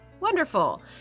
Wonderful